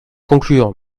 conclure